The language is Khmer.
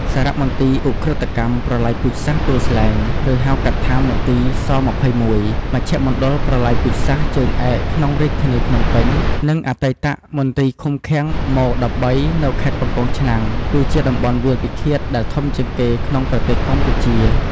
សារមន្ទីរឧក្រិដ្ឋកម្មប្រល័យពូជសាសន៍ទួលស្លែង ឬហៅកាត់ថា មន្ទីរស២១ មជ្ឈមណ្ឌលប្រល័យពូជសាសន៍ជើងឯកក្នុងរាជធានីភ្នំពេញ និងអតីតមន្ទីរឃុំឃាំង ម១៣ នៅខេត្តកំពង់ឆ្នាំង គឺជាតំបន់វាលពិឃាតដែលធំជាងគេ ក្នុងប្រទេសកម្ពុជា។